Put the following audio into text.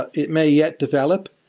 but it may yet develop.